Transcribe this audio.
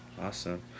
Awesome